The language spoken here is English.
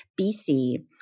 BC